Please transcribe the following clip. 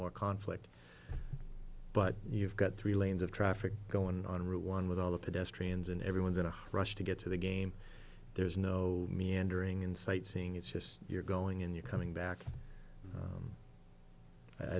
more conflict but you've got three lanes of traffic going on route one with all the pedestrians and everyone's in a rush to get to the game there's no meandering in sight seeing it's just you're going in you're coming back